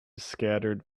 scattered